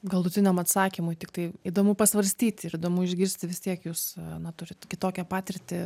galutiniam atsakymui tiktai įdomu pasvarstyti ir įdomu išgirsti vis tiek jūs na turit kitokią patirtį